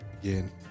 again